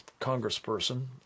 congressperson